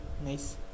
nice